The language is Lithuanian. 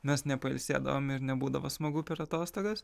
mes nepailsėdavom ir nebūdavo smagu per atostogas